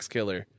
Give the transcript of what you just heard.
Killer